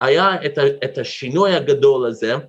‫היה את השינוי הגדול הזה.